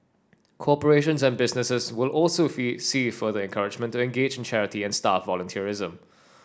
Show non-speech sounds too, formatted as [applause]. corporations and businesses will also [unintelligible] see further encouragement to engage in charity and staff volunteerism